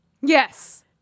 Yes